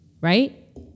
right